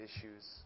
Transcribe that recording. issues